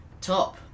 top